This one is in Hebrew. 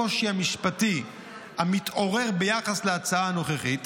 לקושי המשפטי המתעורר ביחס להצעה הנוכחית,